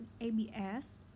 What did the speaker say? ABS